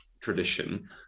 tradition